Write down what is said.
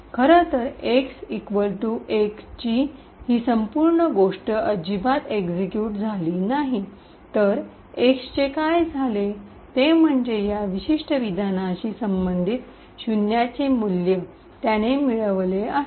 खरं तर x १ ची ही संपूर्ण गोष्ट अजिबात एक्सिक्यूट झाली नाही तर x चे काय झाले ते म्हणजे या विशिष्ट विधानाशी संबंधित शून्याचे मूल्य त्याने मिळवले आहे